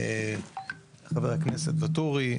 חבר הכנסת ואטורי,